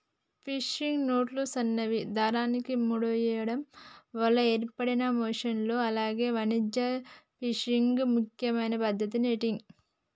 fishing నెట్లు సన్నని దారాన్ని ముడేయడం వల్ల ఏర్పడిన మెష్లు అలాగే వాణిజ్య ఫిషింగ్ ముఖ్యమైన పద్దతి నెట్టింగ్